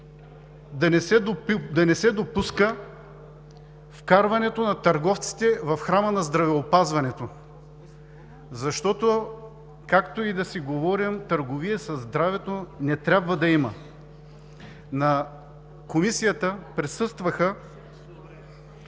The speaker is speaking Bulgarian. да не се допуска вкарването на търговците в храма на здравеопазването. Защото, както и да си говорим, търговия със здравето не трябва да има. В Комисията присъстваха